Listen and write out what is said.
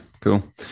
Cool